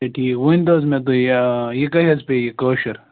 ہے ٹھیٖک ؤنۍ تَو حظ مےٚ تُہۍ یہِ کٔہۍ حظ پیٚیہِ مےٚ یہِ کٲشِر